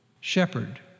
shepherd